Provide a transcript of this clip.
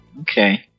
okay